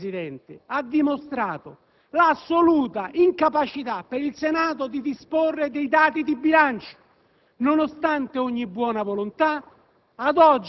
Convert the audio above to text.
La sessione di bilancio, Presidente, ha dimostrato l'assoluta incapacità per il Senato di disporre dei dati di bilancio.